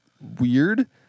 weird